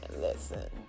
Listen